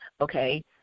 okay